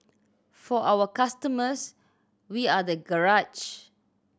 for our customers we are the garage